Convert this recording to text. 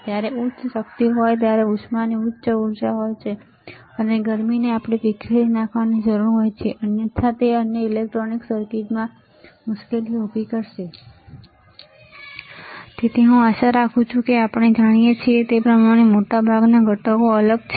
જ્યારે ઉચ્ચ શક્તિ હોય છે ત્યારે ઉષ્માની ઉચ્ચ ઉર્જા હોય છે અને ગરમીને આપણે વિખેરી નાખવાની જરૂર હોય છે અન્યથા તે અન્ય ઇલેક્ટ્રોનિક સર્કિટમાં મુશ્કેલીઓ ઊભી કરશે તેથી હવે હું આશા રાખું છું કે આપણે જાણીએ છીએ કે મોટાભાગના ઘટકો અલગ ઘટકો છે